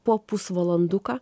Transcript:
po pusvalanduką